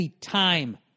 time